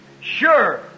sure